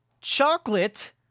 chocolate